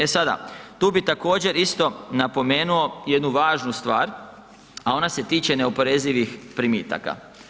E sada, tu bi također isto napomenuo jednu važnu stvar, a ona se tiče neoporezivih primitaka.